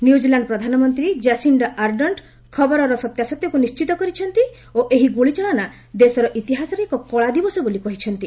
ନ୍ୟୁକିଲାଣ୍ଡ ପ୍ରଧାନମନ୍ତ୍ରୀ Jacinda Ardern ଖବରର ସତ୍ୟାସତ୍ୟକୁ ନିର୍ଣ୍ଣିତ କରିଛନ୍ତି ଓ ଏହି ଗୁଳିଚାଳନା ଦେଶର ଇତିହାସରେ ଏକ କଳାଦିବସ ବୋଲି କହିଛନ୍ତି